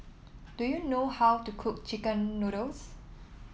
do you know how to cook chicken noodles